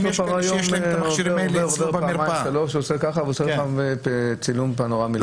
הוא עושה צילום פנורמי.